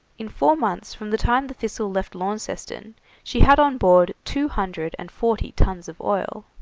in four months from the time the thistle left launceston she had on board two hundred and forty tuns of oil.